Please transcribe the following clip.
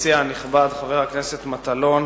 המציע הנכבד חבר הכנסת מטלון,